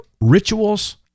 rituals